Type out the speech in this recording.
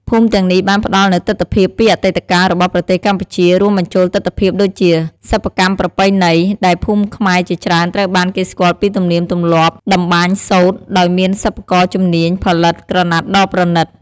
ភូមិទាំងនេះបានផ្ដល់នូវទិដ្ឋភាពពីអតីតកាលរបស់ប្រទេសកម្ពុជា រួមបញ្ចូលទិដ្ឋភាពដូចជា សិប្បកម្មប្រពៃណី ដែលភូមិខ្មែរជាច្រើនត្រូវបានគេស្គាល់ពីទំនៀមទម្លាប់តម្បាញសូត្រ ដោយមានសិប្បករជំនាញផលិតក្រណាត់ដ៏ប្រណិត។